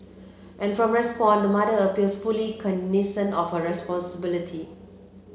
and from the response the mother appears fully cognisant of her responsibility